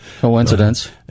coincidence